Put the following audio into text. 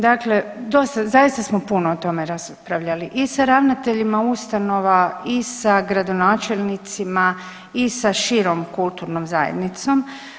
Dakle dosta, zaista smo puno o tome raspravljali i sa ravnateljima ustanova i sa gradonačelnicima i sa širom kulturnom zajednicom.